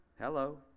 hello